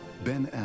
Ben